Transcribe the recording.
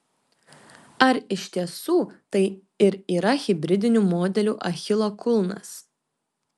ar iš tiesų tai ir yra hibridinių modelių achilo kulnas